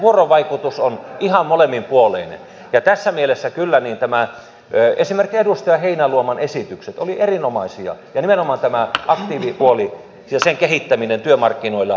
vuorovaikutus on ihan molemminpuolinen ja tässä mielessä kyllä nämä esimerkiksi edustaja heinäluoman esitykset olivat erinomaisia ja nimenomaan tämä aktiivipuoli ja sen kehittäminen työmarkkinoilla